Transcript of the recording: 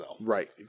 Right